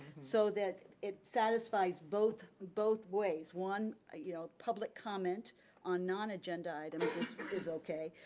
so that it satisfies both both ways. one, you know public comment on non agenda items, is okay,